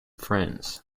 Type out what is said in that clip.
friends